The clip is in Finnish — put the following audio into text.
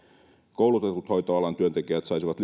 koulutetut hoitoalan työntekijät saivat